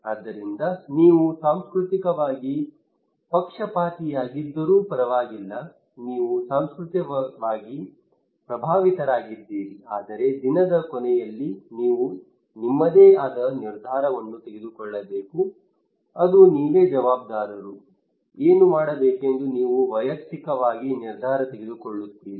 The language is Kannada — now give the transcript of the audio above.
ಆದ್ದರಿಂದ ನೀವು ಸಾಂಸ್ಕೃತಿಕವಾಗಿ ಪಕ್ಷಪಾತಿಯಾಗಿದ್ದರೂ ಪರವಾಗಿಲ್ಲ ನೀವು ಸಾಂಸ್ಕೃತಿಕವಾಗಿ ಪ್ರಭಾವಿತರಾಗಿದ್ದೀರಿ ಆದರೆ ದಿನದ ಕೊನೆಯಲ್ಲಿ ನೀವು ನಿಮ್ಮದೇ ಆದ ನಿರ್ಧಾರವನ್ನು ತೆಗೆದುಕೊಳ್ಳಬೇಕು ಅದು ನೀವೇ ಜವಾಬ್ದಾರರು ಏನು ಮಾಡಬೇಕೆಂದು ನೀವು ವೈಯಕ್ತಿಕವಾಗಿ ನಿರ್ಧಾರ ತೆಗೆದುಕೊಳ್ಳುತ್ತೀರಿ